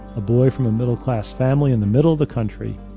a boy from a middle-class family in the middle of the country,